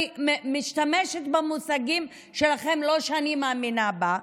אני משתמשת במושגים שלכם, לא שאני מאמינה בהם.